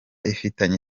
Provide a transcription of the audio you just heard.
ifitanye